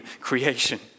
creation